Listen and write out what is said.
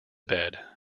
bed